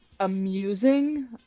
amusing